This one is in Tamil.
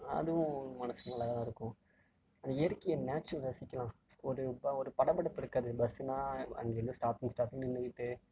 அதுவும் மனதுக்கு நல்லா தான் இருக்கும் அந்த இயற்கையை நேச்சரை ரசிக்கலாம் ஒரு இப்போ ஒரு படபடப்பு இருக்காது பஸ்ஸுன்னால் அங்கங்கே ஸ்டாப்பிங் ஸ்டாப்பிங் நின்றுக்கிட்டு